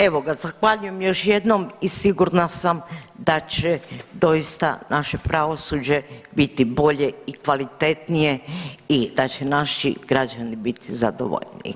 Evo ga zahvaljujem još jednom i sigurna sam da će doista naše pravosuđe biti bolje i kvalitetnije i da će naši građani biti zadovoljniji.